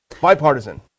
Bipartisan